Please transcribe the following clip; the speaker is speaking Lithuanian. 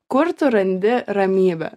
kur tu randi ramybę